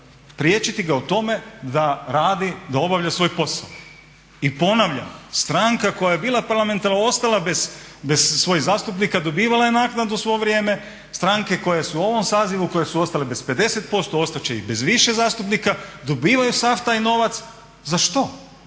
priječiti ga u tome da radi, da obavlja svoj posao. I ponavljam, stranka koja je bila parlamentarna, ostala bez svojih zastupnika dobivala je naknadu svo vrijeme. Stranke u ovom sazivu koje su ostale bez 50% ostat će i bez više zastupnika, dobivaju sav taj novac za što?